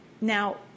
now